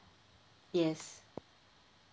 yes